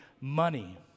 money